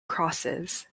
crosses